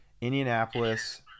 Indianapolis